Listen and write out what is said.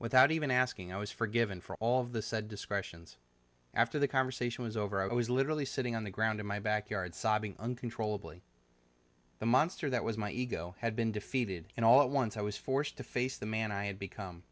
without even asking i was forgiven for all of the said discretions after the conversation was over i was literally sitting on the ground in my backyard sobbing uncontrollably the monster that was my ego had been defeated and all at once i was forced to face the man i had become